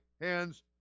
hands